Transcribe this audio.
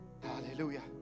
hallelujah